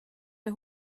der